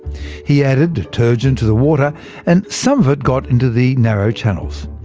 he added detergent to the water and some of it got into the narrow channels.